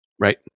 Right